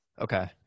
Okay